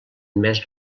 més